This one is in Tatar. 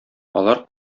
алар